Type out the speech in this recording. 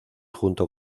junto